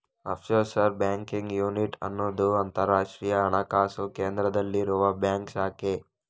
offshore banking unit ಅನ್ನುದು ಅಂತರಾಷ್ಟ್ರೀಯ ಹಣಕಾಸು ಕೇಂದ್ರದಲ್ಲಿರುವ ಬ್ಯಾಂಕ್ ಶಾಖೆ